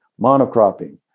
monocropping